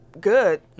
good